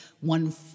one